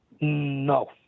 No